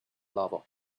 lava